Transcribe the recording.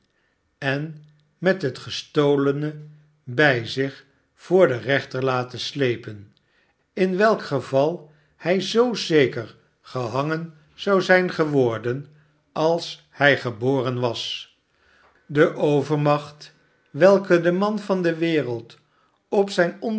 en met het gestolene bij zich voor den rechter laten slepen in welk geval hij zoo zeker gehangen zou zijn geworden als hij geboren was de overmacht welke de man van de wereld op zijn